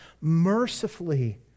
mercifully